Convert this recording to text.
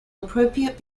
appropriate